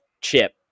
chip